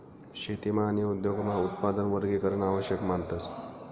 शेतीमा आणि उद्योगमा उत्पादन वर्गीकरण आवश्यक मानतस